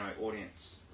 audience